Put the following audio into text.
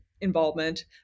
involvement